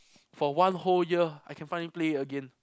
for one whole year I can finally play it again